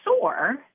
soar